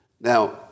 Now